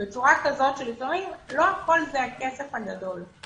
בצורה כזאת, שלפעמים לא הכול זה הכסף הגדול.